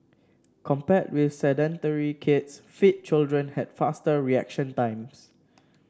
compared with sedentary kids fit children had faster reaction times